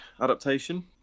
adaptation